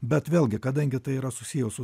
bet vėlgi kadangi tai yra susiję su